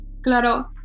...claro